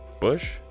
Bush